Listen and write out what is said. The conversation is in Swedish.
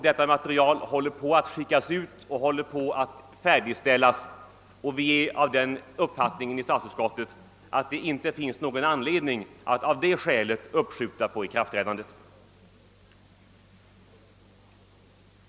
Detta material håller på att färdigställas och skickas ut, och vi är inom statsutskottet av den uppfattningen att det inte finns någon anledning att skjuta på ikraftträdandet.